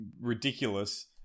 ridiculous